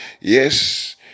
Yes